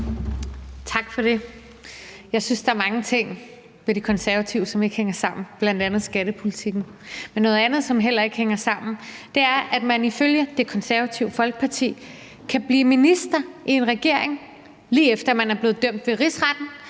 Tak for det. Jeg synes, der er mange ting hos De Konservative, som ikke hænger sammen, bl.a. skattepolitikken. Men noget andet, som heller ikke hænger sammen, er, at man ifølge Det Konservative Folkeparti kan blive minister i en regering, lige efter at man er blevet dømt ved Rigsretten,